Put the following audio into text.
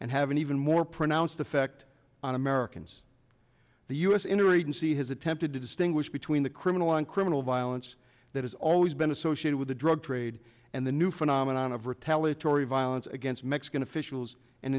and have an even more pronounced effect on americans the u s interest in see has attempted to distinguish between the criminal and criminal violence that has always been associated with the drug trade and the new phenomenon of retaliatory violence against mexican officials and